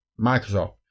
Microsoft